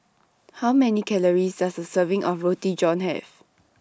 How Many Calories Does A Serving of Roti John Have